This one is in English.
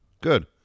Good